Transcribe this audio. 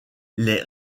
les